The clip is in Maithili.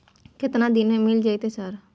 केतना दिन में मिल जयते सर?